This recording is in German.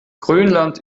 grönland